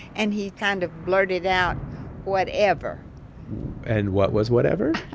and he kind of blurted out whatever and what was whatever?